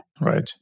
Right